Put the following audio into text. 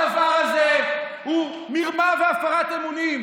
הדבר הזה הוא מרמה והפרת אמונים,